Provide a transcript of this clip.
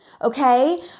Okay